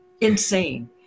insane